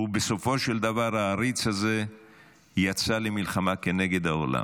ובסופו של דבר, העריץ הזה יצא למלחמה כנגד העולם.